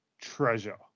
treasure